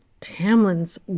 tamlin's